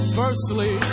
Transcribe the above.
firstly